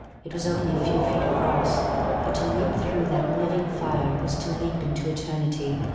it was only a few feet across but to leap through that living fire was to leap into eternity.